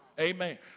Amen